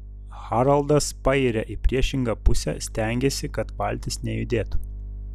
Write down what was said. haraldas pairia į priešingą pusę stengiasi kad valtis nejudėtų